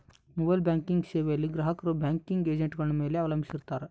mobile banking ಸೇವೆಯಲ್ಲಿ ಗ್ರಾಹಕರು banking ಏಜೆಂಟ್ಗಳ ಮೇಲೆ ಅವಲಂಬಿಸಿರುತ್ತಾರ